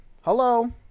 hello